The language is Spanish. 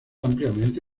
ampliamente